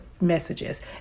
messages